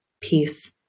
peace